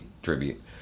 Tribute